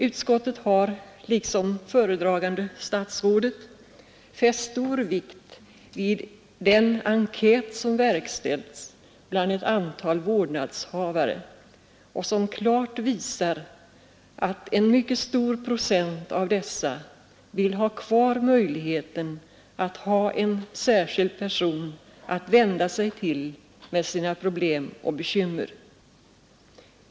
Utskottet har, liksom föredragande statsrådet, fäst stor vikt vid den enkät som verkställts bland ett antal vårdnadshavare och som klart visar att en mycket stor procent av dessa vill ha kvar möjligheten att kunna vända sig till en särskild person med sina problem och bekymmer.